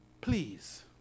Please